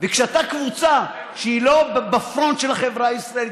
וכשאתה קבוצה שהיא לא בפרונט של החברה הישראלית,